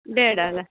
ಬೇಡ ಅಲ್ಲ